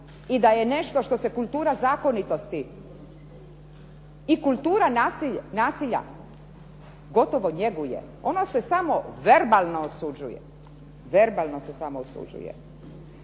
I da je nešto što se kultura zakonitosti i kultura nasilja gotovo njeguje, ono se samo verbalno osuđuje. Pa mi smo imali